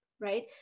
right